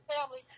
family